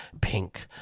pink